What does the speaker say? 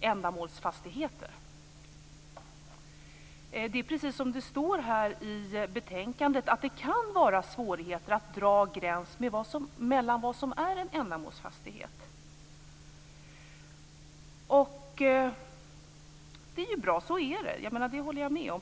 ändamålsfastigheter. Det är precis som det står i betänkandet att det kan vara svårigheter att dra gränsen för vad som är en ändamålsfastighet. Så är det. Det håller jag med om.